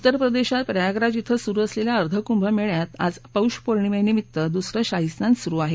उत्तरप्रदेशात प्रयागराज श्वे सुरु असलेल्या अर्धकुभमेळ्यात आज पौष पौर्णिमेनिमित्त दूसरं मुख्य स्नान सुरु आहे